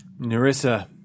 Narissa